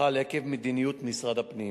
חל עקב מדיניות משרד הפנים